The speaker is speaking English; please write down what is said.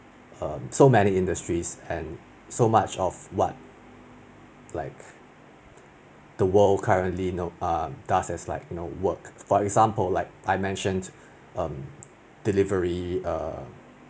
um so many industries and so much of what like the world currently no um does is like you know work for example like I mentioned um